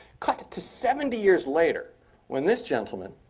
cut to seventy years later when this gentleman,